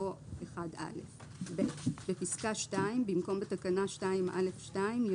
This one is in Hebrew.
יבוא "בתקנה 2(א)(1) או (1א)".